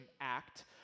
act